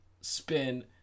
spin